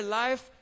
life